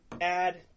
add